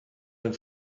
den